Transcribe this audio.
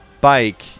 bike